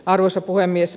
arvoisa puhemies